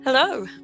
Hello